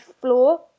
floor